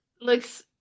looks